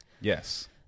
Yes